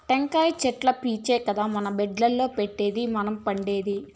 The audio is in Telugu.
టెంకాయ చెట్లు పీచే కదా మన బెడ్డుల్ల పెట్టేది మనం పండేది